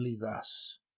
thus